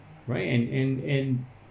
right and and and